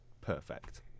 perfect